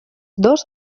dos